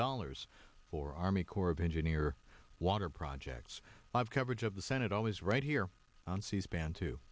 dollars for army corps of engineer water projects five coverage of the senate always right here on c span t